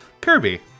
kirby